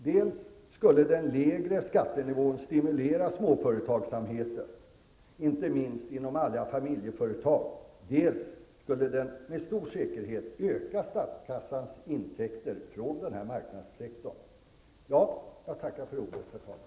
Dels skulle den lägre skattenivån stimulera småföretagsamheten -- inte minst inom alla familjeföretag --, dels skulle den med stor säkerhet öka statskassans intäkter från denna marknadssektor. Jag tackar för ordet, herr talman.